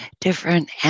different